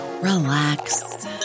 relax